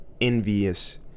envious